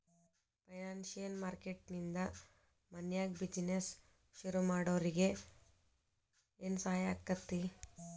ಫೈನಾನ್ಸಿಯ marketing ನಿಂದಾ ಮನ್ಯಾಗ್ business ಶುರುಮಾಡ್ದೊರಿಗೆ ಏನ್ಸಹಾಯಾಕ್ಕಾತಿ?